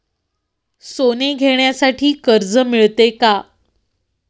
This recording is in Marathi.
सोने घेण्यासाठी कर्ज मिळते का?